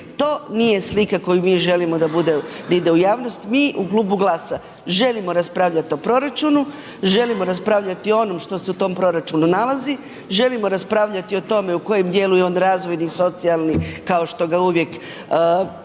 to nije slika koju mi želimo da bude ni da ide u javnost, mi u klubu GLAS-a želimo raspravljati o proračunu, želimo raspravljati o onom što se u tom proračunu nalazi, želimo raspravljati o tome u kojem djelu je on razvojni, socijalni kao što ga uvijek i